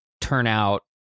turnout